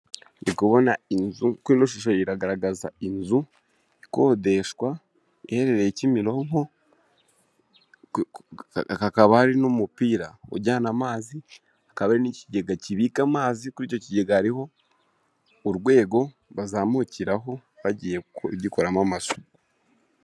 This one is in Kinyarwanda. Kubonashusho iragaragaza inzu ikodeshwa iherereye kimironkokaba ari n'umupira ujyana amazi akaba n'ikigega kibika amazi kuri icyo kigega hariho ariho urwego bazamukiraho bagiye kugikoramo amashusho.